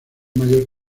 mayor